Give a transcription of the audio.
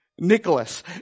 Nicholas